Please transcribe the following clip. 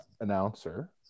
announcer